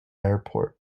airport